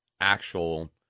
actual